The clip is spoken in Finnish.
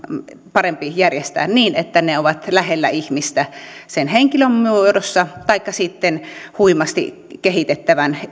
parempi järjestää niin että ne ovat lähellä ihmistä sen henkilön muodossa taikka sitten huimasti kehitettävien